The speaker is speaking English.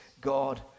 God